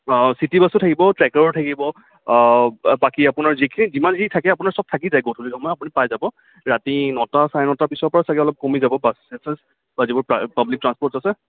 city বাছো থাকিব ট্ৰেকাৰো থাকিব বাকী আপোনাৰ যিখিনি যিমানখিনি থাকে আপোনাৰ চব থাকি যায় গধূলি সময়ত আপুনি পাই যাব ৰাতি নটা চাৰে নটা পিছৰ পৰা চাগে অলপ কমি যাব বাছ চাচ বা যিবোৰ পাব্লিক ট্ৰাঞ্চপৰ্টচ আছে